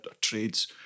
trades